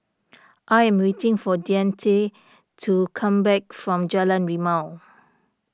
I am waiting for Deante to come back from Jalan Rimau